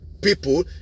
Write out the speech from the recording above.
people